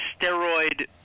steroid